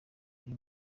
uyu